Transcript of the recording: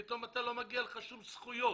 פתאום לא מגיעות לך שום זכויות.